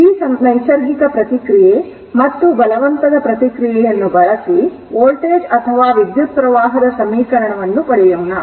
ಆದ್ದರಿಂದ ಈ ನೈಸರ್ಗಿಕ ಪ್ರತಿಕ್ರಿಯೆ ಮತ್ತು ಬಲವಂತದ ಪ್ರತಿಕ್ರಿಯೆಯನ್ನು ಬಳಸಿ ವೋಲ್ಟೇಜ್ ಅಥವಾ ವಿದ್ಯುತ್ ಪ್ರವಾಹದ ಸಮೀಕರಣವನ್ನು ಪಡೆಯೋಣ